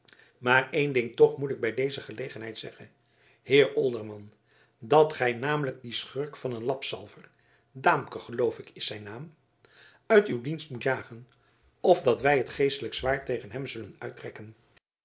maar één ding moet ik toch bij deze gelegenheid zeggen heer olderman dat gij namelijk dien schurk van een lapzalver daamke geloof ik is zijn naam uit uw dienst moet jagen of dat wij het geestelijk zwaard tegen hem zullen uittrekken